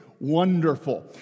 wonderful